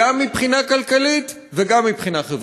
גם מבחינה כלכלית וגם מבחינה חברתית.